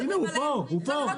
אני צריכה לנחש?